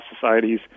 societies